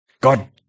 God